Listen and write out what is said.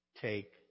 Take